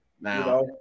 Now